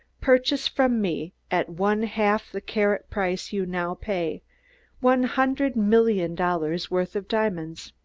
purchase from me at one-half the carat price you now pay one hundred million dollars' worth of diamonds!